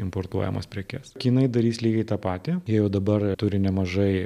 importuojamas prekes kinai darys lygiai tą patį jie jau dabar turi nemažai